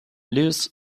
lewis